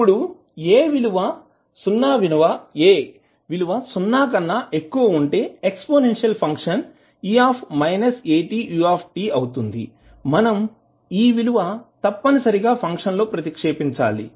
ఇప్పుడు a విలువ సున్నా కన్నా ఎక్కువ ఉంటే ఎక్స్పోనెన్షియల్ ఫంక్షన్ e atut అవుతుంది మనం ఈ విలువ తప్పనిసరిగా ఫంక్షన్ లో ప్రతిక్షేపించాలి